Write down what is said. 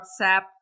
WhatsApp